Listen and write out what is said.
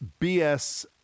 BS